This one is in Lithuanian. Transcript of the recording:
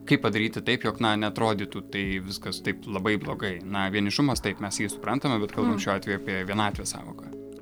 kaip padaryti taip jog na neatrodytų tai viskas taip labai blogai na vienišumas taip mes jį suprantame bet kalbam šiuo atveju apie vienatvės sąvoką